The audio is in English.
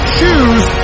choose